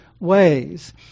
ways